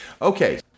Okay